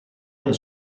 nel